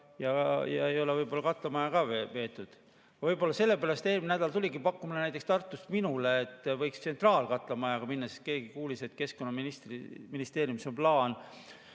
ja ei ole võib-olla katlamaja [trassi] ka veetud. Võib-olla sellepärast eelmine nädal tuligi pakkumine näiteks Tartust minule, et võiks tsentraalkatlamajaga [edasi] minna, sest keegi kuulis, et Keskkonnaministeeriumis on plaan